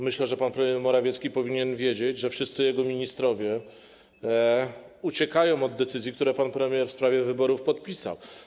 Myślę, że pan premier Morawiecki powinien wiedzieć, że wszyscy jego ministrowie uciekają od decyzji, które pan premier w sprawie wyborów podpisał.